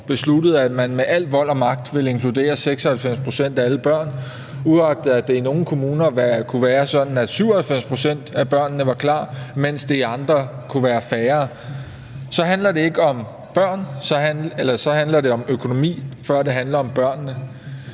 besluttede, at man med al vold og magt ville inkludere 96 pct. af alle børn, uagtet at det i nogle kommuner kunne være sådan, at 97 pct. af børnene var klar, mens det i andre kunne være færre. Så handler det om økonomi, før det handler om børnene.